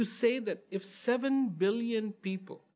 to say that if seven billion people